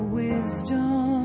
wisdom